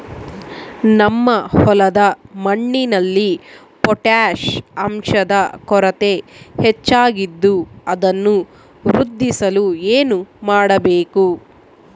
ನಮ್ಮ ಹೊಲದ ಮಣ್ಣಿನಲ್ಲಿ ಪೊಟ್ಯಾಷ್ ಅಂಶದ ಕೊರತೆ ಹೆಚ್ಚಾಗಿದ್ದು ಅದನ್ನು ವೃದ್ಧಿಸಲು ಏನು ಮಾಡಬೇಕು?